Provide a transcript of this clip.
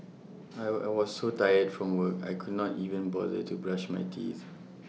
I will I was so tired from work I could not even bother to brush my teeth